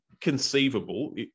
conceivable